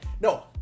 No